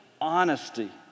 honesty